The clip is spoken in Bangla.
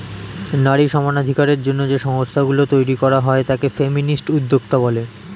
নারী সমানাধিকারের জন্য যে সংস্থা গুলো তৈরী করা হয় তাকে ফেমিনিস্ট উদ্যোক্তা বলে